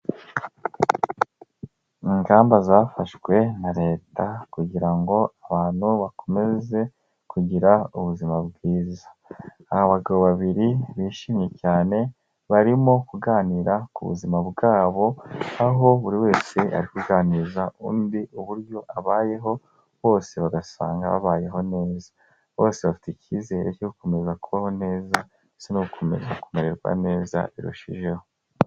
Ingamba zafashwe na leta kugira ngo abantu bakomeze kugira ubuzima bwiza. Aba bagabo babiri bishimye cyane barimo kuganira ku buzima bwabo aho buri wese ari kuganiriza undi uburyo abayeho bose bagasanga babayeho neza. Bose bafite icyizere cyo gukomeza kubaho neza ndetse no gukomeza kumererwa neza birushijeho.